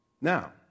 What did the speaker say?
Now